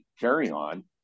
carry-on